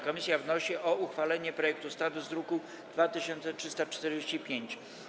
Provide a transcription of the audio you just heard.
Komisja wnosi o uchwalenie projektu ustawy z druku nr 2345.